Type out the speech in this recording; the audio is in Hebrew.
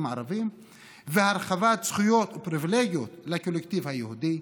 הערבים והרחבת זכויות ופריבילגיות לקולקטיב היהודי,